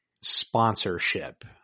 sponsorship